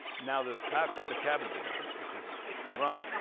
now the kind of the cabins are gone, which is ironic.